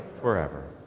forever